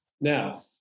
Now